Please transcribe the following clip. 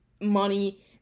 money